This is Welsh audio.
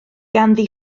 ganddi